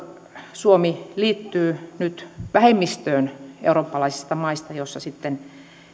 suomi liittyy nyt vähemmistöön eurooppalaisista maista joissa sitten